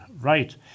Right